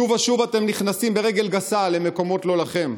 שוב ושוב אתם נכנסים ברגל גסה למקומות לא לכם.